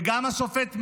וגם השופט מינץ,